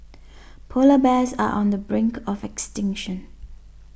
Polar Bears are on the brink of extinction